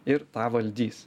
ir tą valdys